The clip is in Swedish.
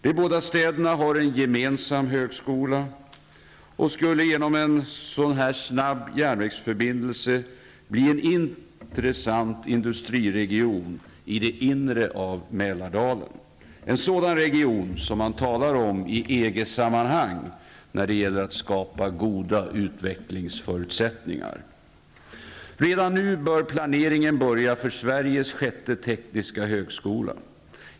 De båda städerna har en gemensam högskola och skulle genom en sådan snabb järnvägsförbindelse bli en intressant industriregion i det inre av Mälardalen. Det skulle bli en sådan region som man talar om i EG-sammanhang när det gäller att skapa goda förutsättningar för utveckling. Redan nu bör planeringen börja för Sveriges sjätte tekniska högskola.